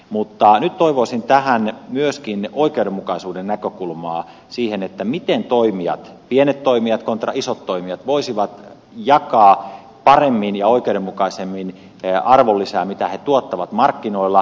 mutta nyt toivoisin myöskin oikeudenmukaisuuden näkökulmaa siihen miten toimijat pienet toimijat contra isot toimijat voisivat jakaa paremmin ja oikeudenmukaisemmin arvonlisää mitä he tuottavat markkinoilla